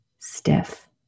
Stiff